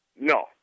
No